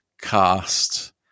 cast